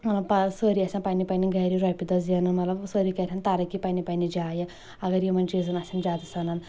مطلب سٲری آسہِ ہن پننہِ پننہِ گرِ رۄپیہِ دہ زینان مطلب سٲری کرِہن ترقی پننہِ پننہِ جایہِ اگر یِمن چیٖزن آسہِ ہن زیادٕ سنان